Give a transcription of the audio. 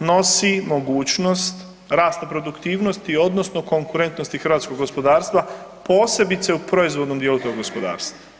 nosi mogućnost rasta produktivnosti odnosno konkretnosti hrvatskog gospodarstva, posebice u proizvodnom dijelu tog gospodarstva.